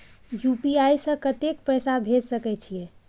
UPI से कत्ते पैसा भेज सके छियै?